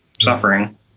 suffering